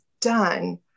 done